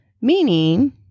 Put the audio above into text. Meaning